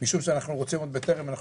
משום שאנחנו רוצים עוד בטרם אנחנו